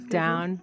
down